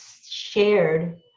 shared